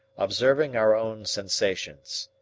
observing our own sensations.